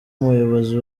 umuyobozi